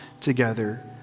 together